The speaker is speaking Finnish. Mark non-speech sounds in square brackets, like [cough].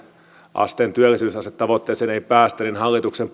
asteen työllisyysastetavoitteeseen ei päästä niin hallituksen [unintelligible]